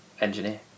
Engineer